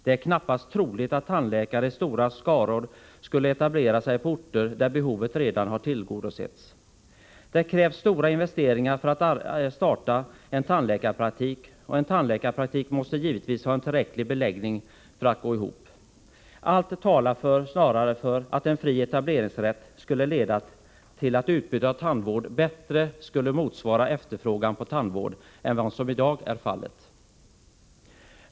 Det är knappast troligt att tandläkare i stora skaror skulle etablera sig på orter där behovet redan har tillgodosetts. Det krävs stora investeringar för att starta en tandläkarpraktik, och en tandläkarpraktik måste givetvis ha ett tillräckligt patientunderlag för att gå ihop. Allt talar snarare för att en fri etableringsrätt skulle leda till att utbudet av tandvård bättre skulle motsvara efterfrågan på tandvården än vad som i dag är fallet.